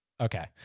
Okay